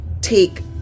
take